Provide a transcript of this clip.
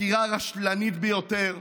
חקירה רשלנית ביותר.